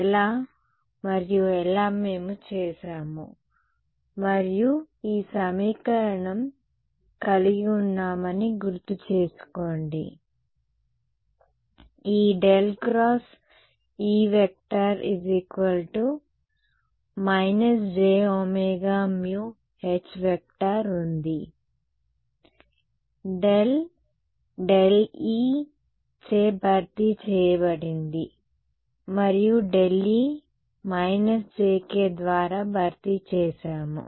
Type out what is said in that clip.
ఎలా మరియు ఎలా మేము చేశాము మనము ఈ సమీకరణం కలిగి ఉన్నామని గుర్తు చేసుకోండి ఈ ∇xE jωμH ఉంది ∇ ∇e చే భర్తీ చేయబడింది మరియు ∇e − jk ద్వారా భర్తీ చేసాము